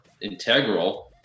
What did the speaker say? integral